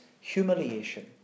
humiliation